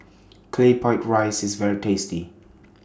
Claypot Rice IS very tasty